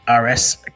RS